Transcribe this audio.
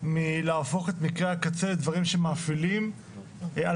להפוך את מקרי הקצה לדברים שמאפילים על